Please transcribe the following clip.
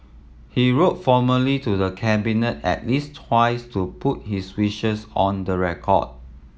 he wrote formally to the Cabinet at least twice to put his wishes on the record